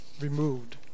removed